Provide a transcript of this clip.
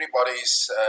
everybody's